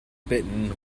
bitten